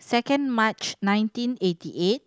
second March nineteen eighty eight